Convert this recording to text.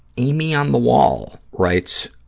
amy on the wall writes